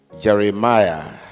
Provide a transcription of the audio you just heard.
Jeremiah